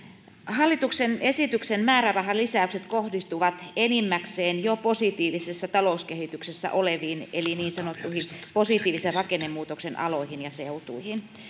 hallituksen esityksen määrärahalisäykset kohdistuvat enimmäkseen jo positiivisessa talouskehityksessä oleviin eli niin sanottuihin positiivisen rakennemuutoksen aloihin ja seutuihin